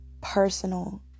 personal